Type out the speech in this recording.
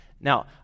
Now